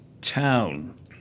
town